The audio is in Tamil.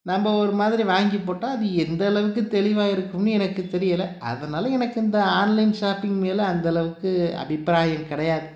நம்ம ஒரு மாதிரி வாங்கி போட்டால் அது எந்த அளவுக்கு தெளிவாக இருக்குன்னு எனக்கு தெரியல அதனால் எனக்கு இந்த ஆன்லைன் ஷாப்பிங் மேலே அந்தளவுக்கு அபிப்ராயம் கிடையாது